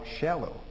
shallow